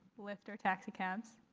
lyft or taxicabs?